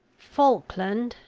falkland,